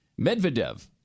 Medvedev